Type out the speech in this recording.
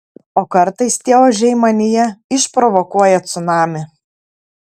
o kartais tie ožiai manyje išprovokuoja cunamį